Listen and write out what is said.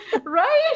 Right